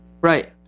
Right